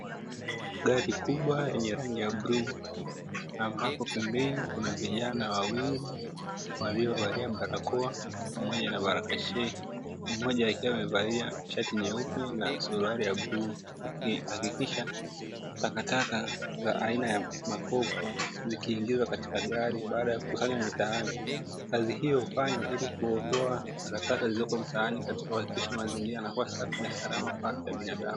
Gari kubwa lenye rangi ya bluu, ambapo pembeni kuna vijana wawili waliovalia barakoa pamoja na barakashehe mmoja akiwa amevalia shati nyeupe na suruali ya bluu, akihakikisha takataka za aina ya makopo zikiingizwa katika gari baada ya kukusanywa mitaani. Kazi hiyo hufanywa ili kuondoa takataka zilizoko mtaani katika kuhakikisha mazingira yanakua safi na salama kwa afya ya binadamu.